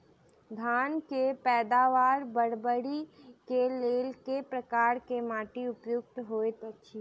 धान केँ पैदावार बढ़बई केँ लेल केँ प्रकार केँ माटि उपयुक्त होइत अछि?